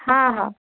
हा हा